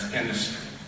industry